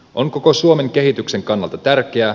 on koko suomen kehityksen kannalta tärkeä